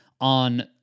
on